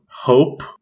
hope